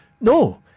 No